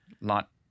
Lot